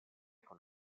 con